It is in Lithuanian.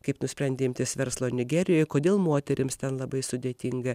kaip nusprendė imtis verslo nigerijoje kodėl moterims ten labai sudėtinga